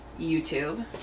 YouTube